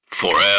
Forever